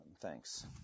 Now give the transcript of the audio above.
Thanks